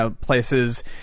places